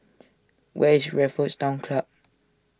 where is Raffles Town Club